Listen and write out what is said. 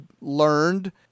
learned